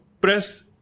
press